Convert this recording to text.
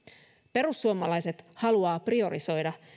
perussuomalaiset haluavat priorisoida